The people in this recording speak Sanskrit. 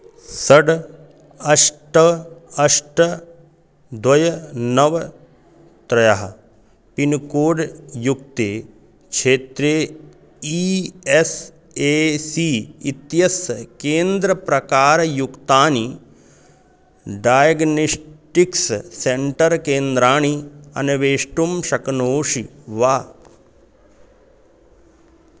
षट् अष्ट अष्ट द्वे नव त्रीणि पिन्कोड् युक्ते क्षेत्रे ई एस् ए सी इत्यस्य केन्द्रप्रकारयुक्तानि डायग्नेश्टिक्स् सेण्टर् केन्द्राणि अनवेष्टुं शक्नोषि वा